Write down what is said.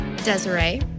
Desiree